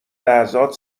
لحظات